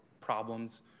problems